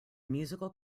musical